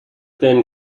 then